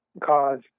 cause